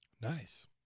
nice